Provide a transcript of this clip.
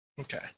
Okay